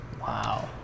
Wow